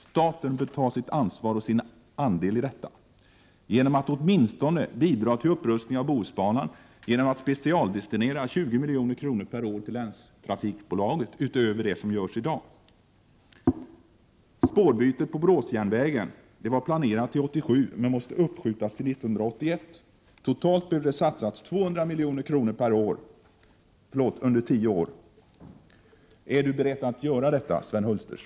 Staten bör ta sitt ansvar och sin andel i detta arbete och åtminstone bidra till upprustning av Bohusbanan genom att specialdestinera 20 milj.kr. per år till länstrafikbolaget utöver de medel som ges i dag. Spårbyte på Boråsjärnvägen var planerat till 1987 men måste uppskjutas till 1991. Totalt skulle 200 milj.kr. behöva satsas under tio år. Är Sven Hulterström beredd att göra detta?